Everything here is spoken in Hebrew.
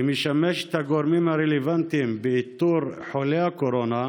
שמשמש את הגורמים הרלוונטיים באיתור חולי הקורונה,